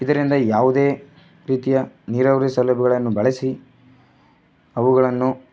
ಇದರಿಂದ ಯಾವುದೇ ರೀತಿಯ ನೀರಾವರಿ ಸೌಲಭ್ಯಗಳನ್ನು ಬಳಸಿ ಅವುಗಳನ್ನು